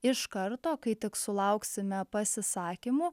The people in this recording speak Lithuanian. iš karto kai tik sulauksime pasisakymų